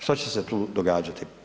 Što će se tu događati?